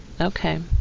Okay